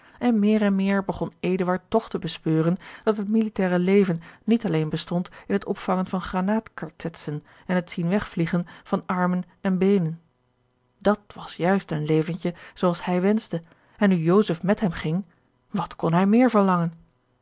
en meer en meer begon eduard toch te bespeuren dat het militaire leven niet alleen bestond in het opvangen van granaatkartetsen en het zien wegvliegen van armen en beenen dat was juist een leventje zoo als hij wenschte en nu joseph met hem ging wat kon hij meer verlangen